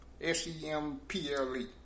S-E-M-P-L-E